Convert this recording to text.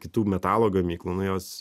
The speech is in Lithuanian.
kitų metalo gamyklų nuo jos